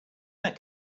that